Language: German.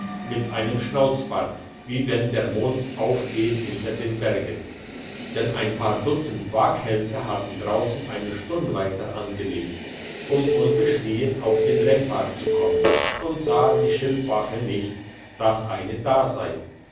mit einem schnauzbart wie wenn der mond aufgeht hinter den bergen denn ein paar dutzend waghälse hatten draussen eine sturmleiter angelegt um unbeschrien auf den rempart zu kommen und sahen die schildwache nicht dass eine da sei